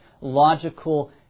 logical